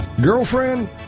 Girlfriend